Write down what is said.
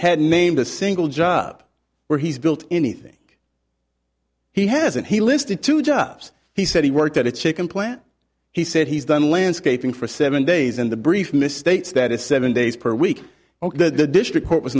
had named a single job where he's built anything he hasn't he listed two jobs he said he worked at a chicken plant he said he's done landscaping for seven days in the brief misstates that is seven days per week ok that the district court was